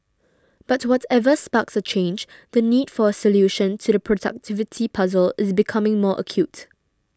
but whatever sparks a change the need for a solution to the productivity puzzle is becoming more acute